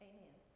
Amen